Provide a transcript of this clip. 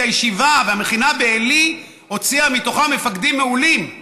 כי הישיבה והמכינה בעלי הוציאה מתוכה מפקדים מעולים,